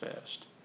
fast